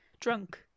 drunk